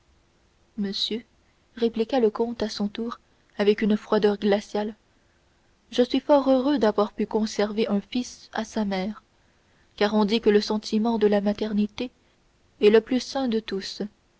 monsieur répliqua le comte à son tour avec une froideur glaciale je suis fort heureux d'avoir pu conserver un fils à sa mère car on dit que le sentiment de la maternité est le plus saint de tous